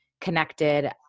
connected